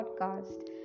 podcast